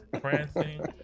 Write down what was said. prancing